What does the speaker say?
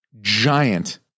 giant